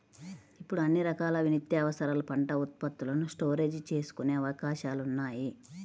ఇప్పుడు అన్ని రకాల నిత్యావసరాల పంట ఉత్పత్తులను స్టోరేజీ చేసుకునే అవకాశాలున్నాయి